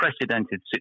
unprecedented